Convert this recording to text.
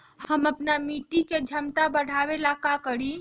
हम अपना मिट्टी के झमता बढ़ाबे ला का करी?